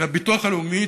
הביטוח הלאומי,